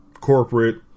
corporate